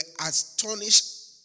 astonished